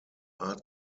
art